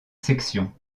sections